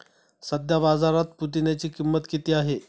सध्या बाजारात पुदिन्याची किंमत किती आहे?